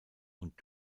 und